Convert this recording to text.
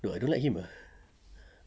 no I don't like him ah